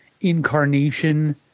incarnation